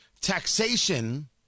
Taxation